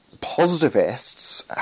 positivists